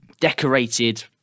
decorated